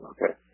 Okay